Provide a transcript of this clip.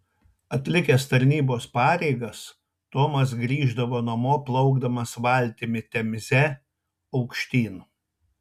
atlikęs tarnybos pareigas tomas grįždavo namo plaukdamas valtimi temze aukštyn